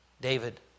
David